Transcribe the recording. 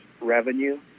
revenue